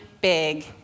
big